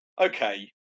okay